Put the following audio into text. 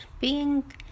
pink